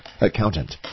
accountant